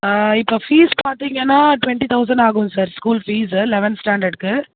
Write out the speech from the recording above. ஆ இப்போ ஃபீஸ் பார்த்தீங்கன்னா twenty thousand ஆகும் சார் ஸ்கூல் ஃபீஸ்ஸு லெவன் ஸ்டாண்டர்டுக்கு